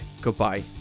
goodbye